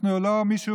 זה לא שמישהו